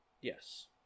Yes